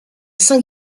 saint